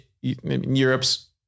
Europe's